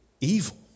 evil